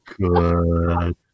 good